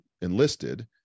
enlisted